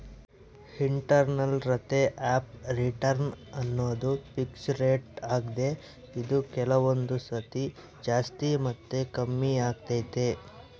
internal rate of return ಅನ್ನೋದು fix rate ಆಗ್ದೆ ಇದು ಕೆಲವೊಂದು ಸತಿ ಜಾಸ್ತಿ ಮತ್ತೆ ಕಮ್ಮಿಆಗ್ತೈತೆ